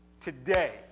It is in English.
Today